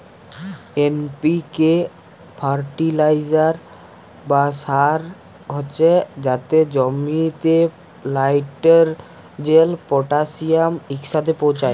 NPK fertiliser বা সার হছে যাতে জমিতে লাইটেরজেল, পটাশিয়াম ইকসাথে পৌঁছায়